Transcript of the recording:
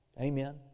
Amen